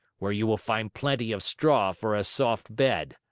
where you will find plenty of straw for a soft bed.